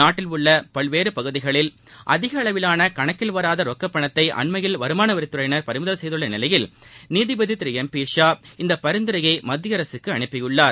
நாட்டின் பல்வேறு பகுதிகளில் அதிக அளவிவான கணக்கில் வராத ரொக்க பணத்தை அண்மையில் வருமான வரித்துறையினர் பறிமுதல் செய்துள்ள நிலையில் நீதிபதி திரு எம் பி ஷா இந்த பரிந்துரையை மத்திய அரகக்கு அனுப்பியுள்ளார்